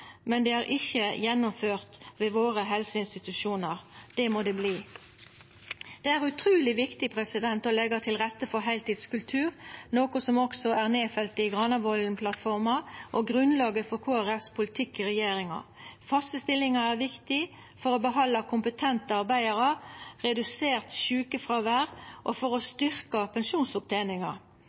men det er ikkje gjennomført ved helseinstitusjonane våre. Det må det verta. Det er utruleg viktig å leggja til rette for heiltidskultur, noko som også er nedfelt i Granavolden-plattforma, og som er grunnlaget for Kristeleg Folkepartis politikk i regjeringa. Faste stillingar er viktig for å behalda kompetente arbeidarar, for redusert sjukefråvær og for å styrkja pensjonsoppteninga.